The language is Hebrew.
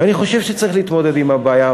ואני חושב שצריך להתמודד עם הבעיה,